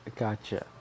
gotcha